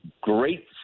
great